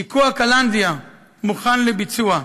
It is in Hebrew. שיקוע קלנדיה, מוכן לביצוע.